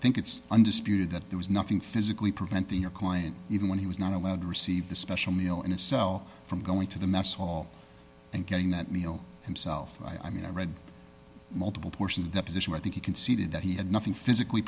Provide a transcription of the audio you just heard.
think it's undisputed that there was nothing physically preventing your client even when he was not allowed to receive the special meal in his cell from going to the mess hall and getting that meal himself i mean i read multiple portions of the position i think he conceded that he had nothing physically